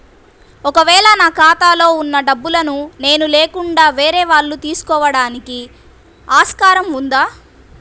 ఒక వేళ నా ఖాతాలో వున్న డబ్బులను నేను లేకుండా వేరే వాళ్ళు తీసుకోవడానికి ఆస్కారం ఉందా?